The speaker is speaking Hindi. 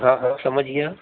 हाँ हाँ समझ गया